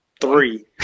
three